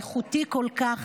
האיכותי כל כך,